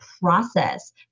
process